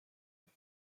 east